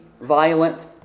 violent